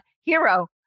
hero